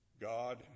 God